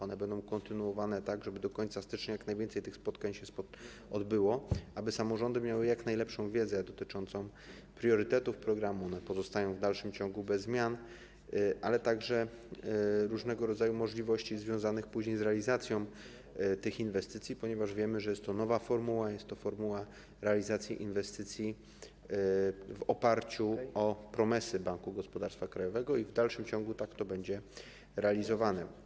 One będą kontynuowane, tak żeby do końca stycznia odbyło się jak najwięcej tych spotkań, aby samorządy miały jak najlepszą wiedzę dotyczącą priorytetów programu - one pozostają w dalszym ciągu bez zmian, ale także chodzi o różnego rodzaju możliwość związaną później z realizacją tych inwestycji, ponieważ wiemy, że jest to nowa formuła, jest to formuła realizacji inwestycji w oparciu o promesy Banku Gospodarstwa Krajowego i w dalszym ciągu tak to będzie realizowane.